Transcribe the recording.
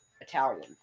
Italian